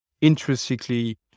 intrinsically